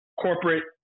corporate